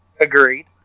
Agreed